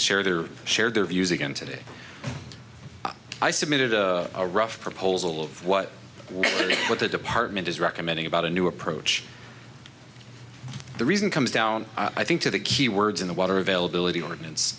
share their shared their views again today i submitted a rough proposal of what really what the department is recommending about a new approach the reason comes down i think to the key words in the water availability ordinance